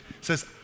says